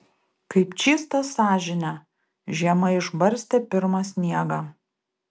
kaip čystą sąžinę žiema išbarstė pirmą sniegą